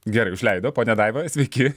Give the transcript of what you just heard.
gerai užleido ponia daiva sveiki